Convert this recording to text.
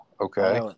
Okay